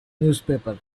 newspaper